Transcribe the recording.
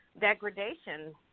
degradation